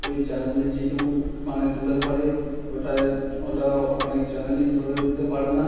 ওই চ্যানেলে যেটুকু মানে তুলে ধরে ওটাই ওটা অনেক চ্যানেলই ধরে উঠতে পারে না